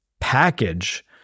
package